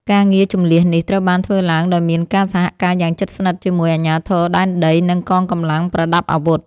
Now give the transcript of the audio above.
ការងារជម្លៀសនេះត្រូវបានធ្វើឡើងដោយមានការសហការយ៉ាងជិតស្និទ្ធជាមួយអាជ្ញាធរដែនដី និងកងកម្លាំងប្រដាប់អាវុធ។